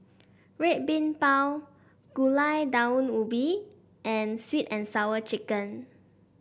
Red Bean Bao Gulai Daun Ubi and sweet and Sour Chicken